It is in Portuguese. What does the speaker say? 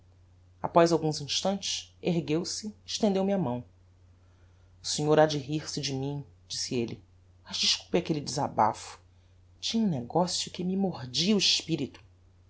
após alguns instantes ergueu-se e estendeu-me a mão o senhor ha de rir-se de mim disse elle mas desculpe aquelle desabafo tinha um negocio que me mordia o espirito